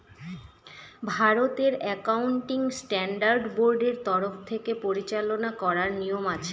ভারতের accounting standard বোর্ডের তরফ থেকে পরিচালনা করার নিয়ম আছে